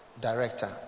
director